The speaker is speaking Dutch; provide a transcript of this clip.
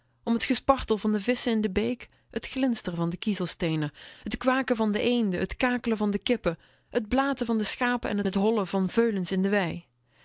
om t gespartel van de visschen in de beek t glinsteren van de kiezelsteenen t kwaken van de eenden t kakelen van de kippen t blaten van de schapen t hollen van veulens in de wei